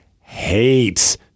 hates